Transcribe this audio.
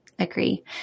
Agree